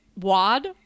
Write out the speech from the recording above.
wad